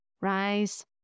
Rise